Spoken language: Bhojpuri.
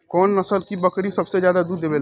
कौन नस्ल की बकरी सबसे ज्यादा दूध देवेले?